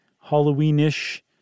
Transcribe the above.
Halloween-ish